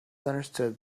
understood